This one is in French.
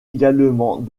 également